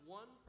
one